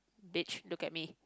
beach look at me